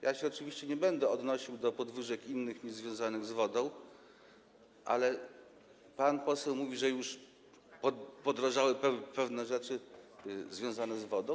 Ja się oczywiście nie będę odnosił do podwyżek innych niż związane z wodą, ale pan poseł mówi, że już podrożały pewne rzeczy związane z wodą.